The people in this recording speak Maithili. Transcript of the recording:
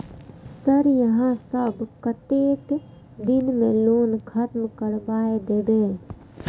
सर यहाँ सब कतेक दिन में लोन खत्म करबाए देबे?